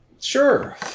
sure